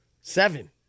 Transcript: Seven